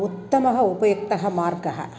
उत्तमः उपयुक्तः मार्गः